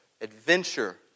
adventure